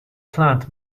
plant